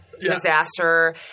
disaster